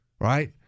right